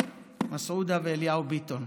מסעודה ואליהו ביטון,